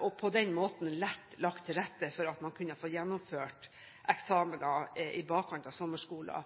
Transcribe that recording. og på den måten lett lagt til rette for at man fikk gjennomført eksamener i bakkant av sommerskoler.